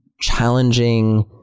challenging